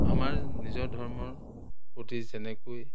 আমাৰ নিজৰ ধৰ্মৰ প্ৰতি যেনেকৈ